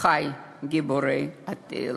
אחי גיבורי התהילה.